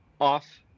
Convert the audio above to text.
off